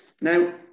now